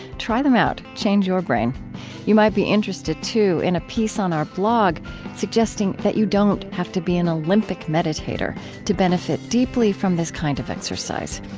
try them out change your brain you might be interested, too, in a piece on our blog suggesting that you don't have to be an olympic meditator to benefit deeply from this kind of exercise,